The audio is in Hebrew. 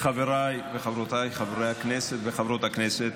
חבריי וחברותיי חברי הכנסת וחברות הכנסת,